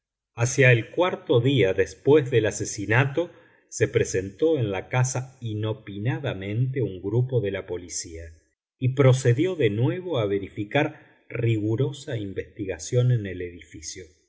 hacia el cuarto día después del asesinato se presentó en la casa inopinadamente un grupo de la policía y procedió de nuevo a verificar rigurosa investigación en el edificio